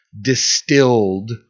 distilled